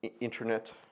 internet